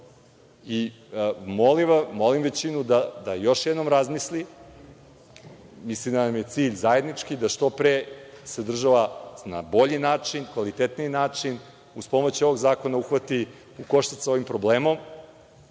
Molim većinu da još jednom razmisli. Mislim da nam je cilj zajednički, da se što pre država na bolji način, kvalitetniji način, uz pomoć ovog zakona uhvati u koštac sa ovim problemom,